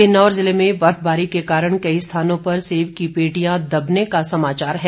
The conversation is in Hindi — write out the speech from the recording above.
किन्नौर जिले में बर्फबारी के कारण कई स्थानों पर सेब की पेटियां दबने का समाचार है